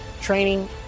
training